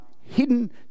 hidden